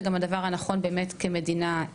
זה הדבר הנכון באמת כמדינה.